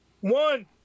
One